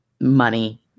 money